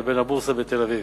לבין הבורסה בתל-אביב.